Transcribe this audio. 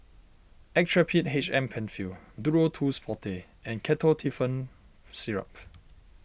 Actrapid H M Penfill Duro Tuss Forte and Ketotifen Syrup